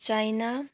China